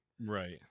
right